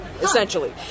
essentially